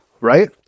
right